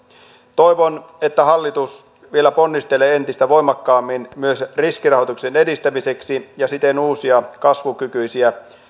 toivon että hallitus vielä ponnistelee entistä voimakkaammin myös riskirahoituksen edistämiseksi ja siten uusia kasvukykyisiä